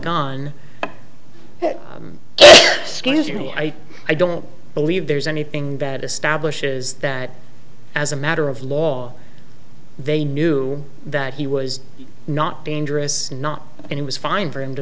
know i i don't believe there's anything bad establishes that as a matter of law they knew that he was not dangerous not and he was fine for him to